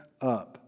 up